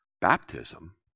baptism